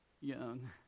young